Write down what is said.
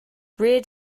reared